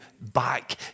back